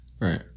Right